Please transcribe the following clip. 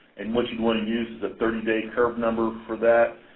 and what you want to use is a thirty day curve number for that.